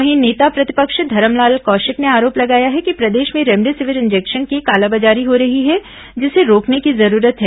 वहीं नेता प्रतिपक्ष धरमलाल कौशिक ने आरोप लगाया है कि प्रदेश में रेमडेसिविर इंजेक्शन की कालाबाजारी हो रही है जिसे रोकने की जरूरत है